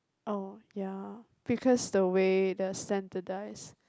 oh ya because the way the standardise